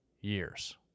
years